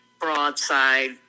broadside